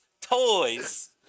toys